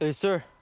ah sir,